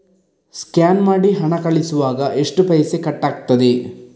Scan ಮಾಡಿ ಹಣ ಕಳಿಸುವಾಗ ಎಷ್ಟು ಪೈಸೆ ಕಟ್ಟಾಗ್ತದೆ?